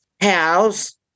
house